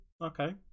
okay